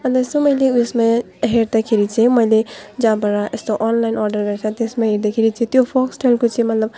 अन्त यसो मैले ऊ यसमा हेर्दाखेरि चाहिँ मैले जहाँबाट यस्तो अनलाइन अर्डर गर्छ त्यसमा हेर्दाखेरि चाहिँ त्यो फोक्सटेलको चाहिँ मतलब